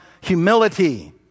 humility